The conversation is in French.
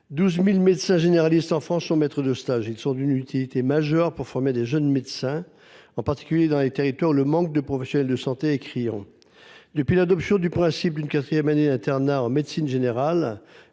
12 000 médecins généralistes, en France, sont maîtres de stage. Ils sont d’une utilité majeure pour former de jeunes médecins, en particulier dans les territoires où le manque de professionnels de santé est criant. Depuis l’adoption du principe d’une quatrième année d’internat en médecine générale,